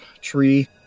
tree